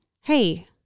Hey